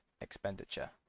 expenditure